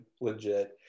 legit